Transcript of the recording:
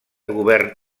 govern